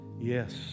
yes